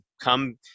come